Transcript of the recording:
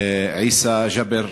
עיסא ג'אבר,